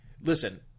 Listen